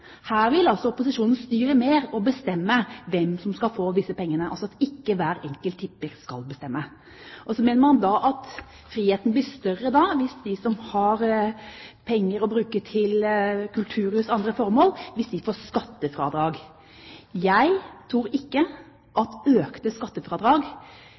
Her vil altså opposisjonen styre mer og bestemme hvem som skal få disse pengene – altså at ikke hver enkelt tipper skal bestemme. Så mener man at friheten blir større hvis de som har penger å bruke til kulturhus og andre formål, får skattefradrag. Jeg tror ikke